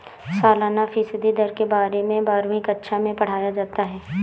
सालाना फ़ीसदी दर के बारे में बारहवीं कक्षा मैं पढ़ाया जाता है